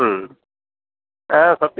हा सत्यम्